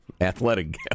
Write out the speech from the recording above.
Athletic